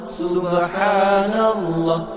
subhanallah